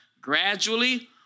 Gradually